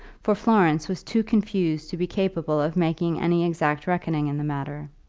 for florence was too confused to be capable of making any exact reckoning in the matter.